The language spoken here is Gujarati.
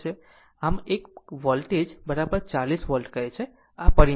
આમ આ એક પર વોલ્ટેજ 40 વોલ્ટ કહે છે આ પરિમાણ છે